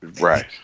Right